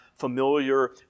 Familiar